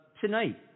tonight